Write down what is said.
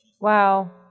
Wow